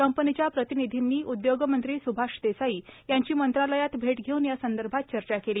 कंपनीच्या प्रतिनिधींनी उद्योगमंत्री सुभाष देसाई यांची मंत्रालयात भेट घेऊन यासंदर्भात चर्चा केली